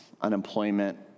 unemployment